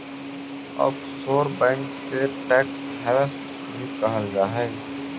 offshore bank के tax havens भी कहल जा हइ